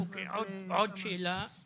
עוד שאלה